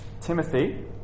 Timothy